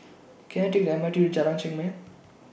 Can I Take The M R T to Jalan Chengam